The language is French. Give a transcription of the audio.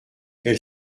elle